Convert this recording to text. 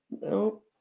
No